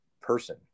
person